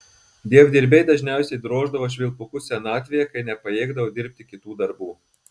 dievdirbiai dažniausiai droždavo švilpukus senatvėje kai nepajėgdavo dirbti kitų darbų